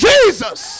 Jesus